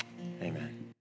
Amen